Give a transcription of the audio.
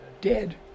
dead